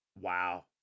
Wow